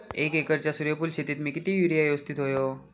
एक एकरच्या सूर्यफुल शेतीत मी किती युरिया यवस्तित व्हयो?